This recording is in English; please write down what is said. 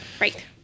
Right